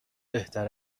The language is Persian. بهتر